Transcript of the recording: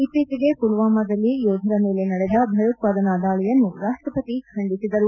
ಇತ್ತೀಚೆಗೆ ಪುಲ್ವಾಮಾದಲ್ಲಿ ಯೋಧರ ಮೇಲೆ ನಡೆದ ಭಯೋತ್ವಾದನಾ ದಾಳಿಯನ್ನು ರಾಷ್ಷಪತಿ ಖಂಡಿಸಿದರು